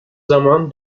zaman